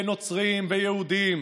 נוצרים או יהודים,